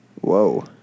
Whoa